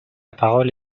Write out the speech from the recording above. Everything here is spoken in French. parole